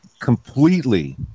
Completely